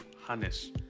harness